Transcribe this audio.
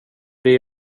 det